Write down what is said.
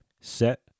Set